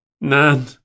Nan